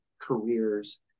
careers